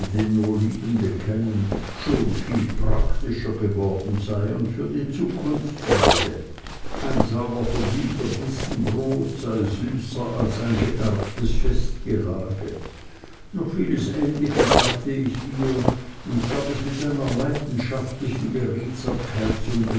liebende kennen schon viel praktischer geworden sei und für die zukunft sorge ein sauer verdienter bissen brot sei süßer als ein geerbtes festgelage noch vieles ähnliche sagte ich ihr und gab es mit einer leidenschaftlichen beredsamkeit zum